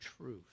truth